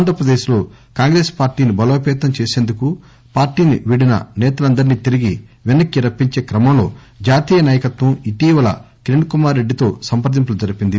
ఆంధ్రప్రదేశ్లో కాంగ్రెస్ పార్టీని బలోపేతం చేసేందుకు పార్టీని వీడిన నేతలందరిని తిరిగి వెనక్ని రప్పించే కమంలో జాతీయ నాయకత్వం ఇటీవల కిరణ్కుమార్రెడ్డితో సంప్రదింపులు జరిపింది